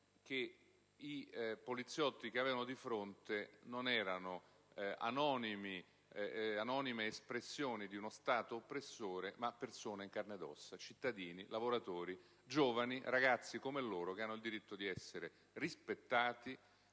che i poliziotti che avevano di fronte non erano anonime espressioni di uno Stato oppressore, ma persone in carne e ossa. Sono cittadini, lavoratori, giovani, ragazzi come loro, che hanno il diritto di essere rispettati